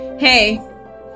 Hey